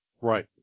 Right